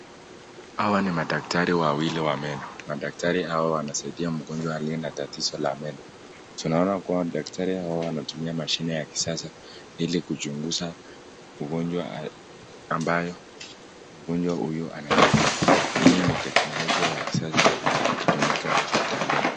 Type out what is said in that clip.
Hawa ni madakatari wawili wa meno. Madktari hawa wanasaidia mgonjwa aliye na tatizo la meno tunaona kuwa daktari hawa wanatumia mashine ya kisasa ili kuchunguza ugonjwa hayo ambayo mgonjwa huyu anapitia. Hii ni teknolojia ya kisasa ikitumika hospitalini.